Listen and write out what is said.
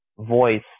voice